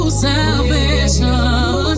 salvation